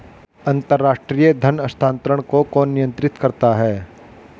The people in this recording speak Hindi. अंतर्राष्ट्रीय धन हस्तांतरण को कौन नियंत्रित करता है?